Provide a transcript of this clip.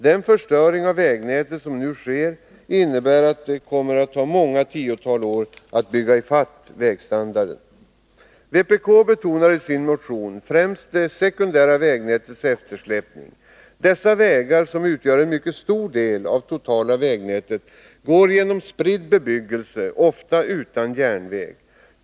Den förstöring av vägnätet som nu sker innebär att det kommer att ta många tiotal år att bygga i fatt vägstandarden. Vpk betonar i sin motion främst det sekundära vägnätets eftersläpning. Dessa vägar, som utgör en mycket stor del av det totala vägnätet, går genom spridd bebyggelse — ofta utan järnväg.